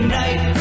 night